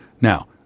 Now